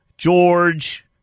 George